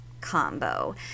combo